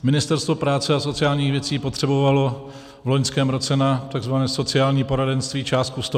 Ministerstvo práce a sociálních věcí potřebovalo v loňském roce na takzvané sociální poradenství částku 150 mil. Kč.